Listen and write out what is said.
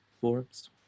forums